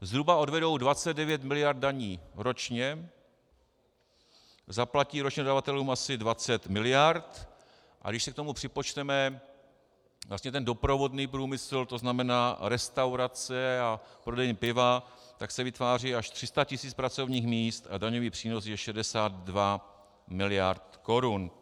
Zhruba odvedou 29 miliard daní ročně, zaplatí ročně dodavatelům asi 20 miliard, a když si k tomu připočteme vlastně ten doprovodný průmysl, to znamená restaurace a prodejny piva, tak se vytváří až 300 tisíc pracovních míst a daňový přínos je 62 miliard korun.